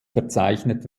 verzeichnet